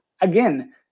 again